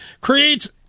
creates